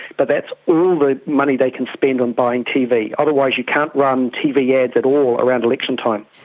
but that's all the money they can spend on buying tv, otherwise you can't run tv ads at all around election time.